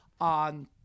on